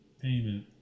payment